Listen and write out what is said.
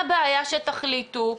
אז מה הבעיה שתחליטו?